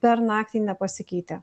per naktį nepasikeitė